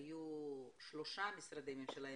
היו שלושה משרדי ממשלה,